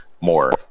more